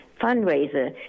fundraiser